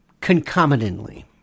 concomitantly